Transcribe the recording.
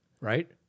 right